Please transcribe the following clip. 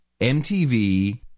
MTV